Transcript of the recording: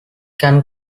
can